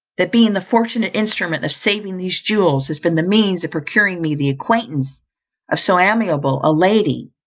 that being the fortunate instrument of saving these jewels has been the means of procuring me the acquaintance of so amiable a lady.